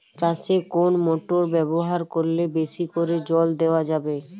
চাষে কোন মোটর ব্যবহার করলে বেশী করে জল দেওয়া যাবে?